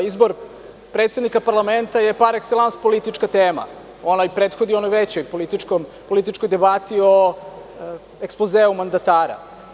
Izbor predsednika parlamenta je par ekselans politička tema, ona prethodi onoj većoj političkoj debati o ekspozeu mandatara.